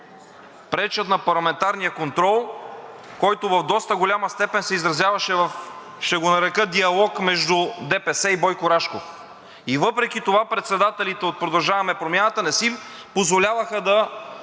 пречат на парламентарния контрол, който в доста голяма степен се изразяваше в, ще го нарека, диалог между ДПС и Бойко Рашков и въпреки това председателите от „Продължаваме Промяната“ не си позволяваха да